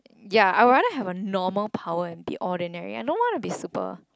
ya I will rather have a normal power and be ordinary I don't want to be super